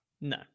No